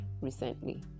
recently